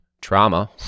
trauma